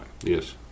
Yes